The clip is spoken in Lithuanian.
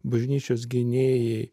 bažnyčios gynėjai